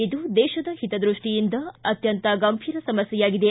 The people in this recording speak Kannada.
ಇದು ದೇಶದ ಹಿತದೃಷ್ಟಿಯಿಂದ ಅತ್ಯಂತ ಗಂಭೀರ ಸಮಸ್ಕೆಯಾಗಿದೆ